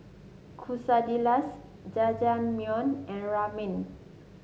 Quesadillas Jajangmyeon and Ramen